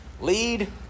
lead